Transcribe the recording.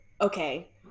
okay